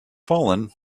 fallen